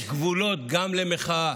יש גבולות גם למחאה.